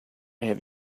have